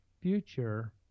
future